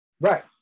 Right